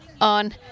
on